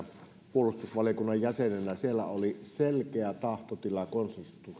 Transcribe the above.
puolustusvaliokunnan jäsenenä että siellä oli selkeä tahtotila konsensuksen